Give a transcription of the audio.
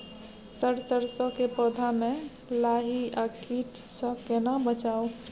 Sir सरसो के पौधा में लाही आ कीट स केना बचाऊ?